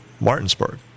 Martinsburg